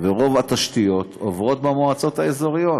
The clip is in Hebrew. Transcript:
ורוב התשתיות עוברות במועצות האזוריות,